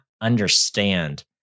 understand